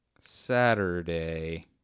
Saturday